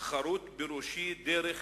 חרות בראשי דרך